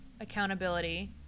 accountability